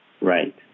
Right